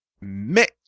Mais